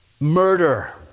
Murder